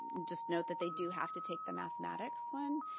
just note that they do have to take the mathematics one,